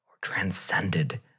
transcended